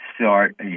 start